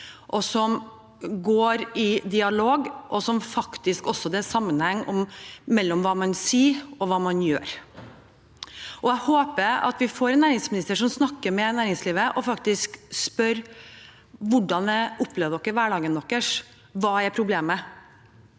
og går i dialog, og hvor det faktisk er sammenheng mellom hva man sier, og hva man gjør. Jeg håper vi får en næringsminister som snakker med næringslivet, og som faktisk spør hvordan de opplever hverdagen, hva problemet